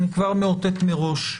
אני כבר מאותת מראש,